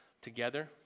together